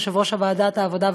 יושב-ראש ועדת העבודה,